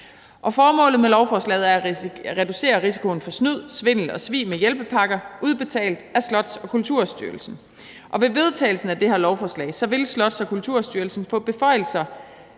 Formålet med lovforslaget er at reducere risikoen for snyd, svindel og svig med hjælpepakker udbetalt af Slots- og Kulturstyrelsen. Ved vedtagelsen af det her lovforslag vil Slots- og Kulturstyrelsen få beføjelser